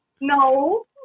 No